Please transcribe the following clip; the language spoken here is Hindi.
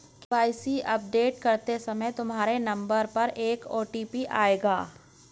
के.वाई.सी अपडेट करते समय तुम्हारे नंबर पर एक ओ.टी.पी आएगा